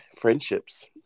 Friendships